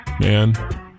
man